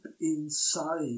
inside